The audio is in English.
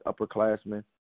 upperclassmen